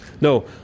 No